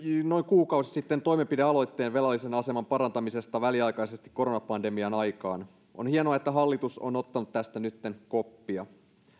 noin kuukausi sitten toimenpidealoitteen velallisen aseman parantamisesta väliaikaisesti koronapandemian aikaan on hienoa että hallitus on ottanut tästä nytten koppia